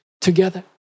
together